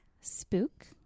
Spook